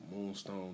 Moonstone